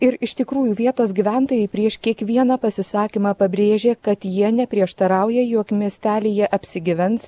ir iš tikrųjų vietos gyventojai prieš kiekvieną pasisakymą pabrėžė kad jie neprieštarauja jog miestelyje apsigyvens